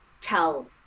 tell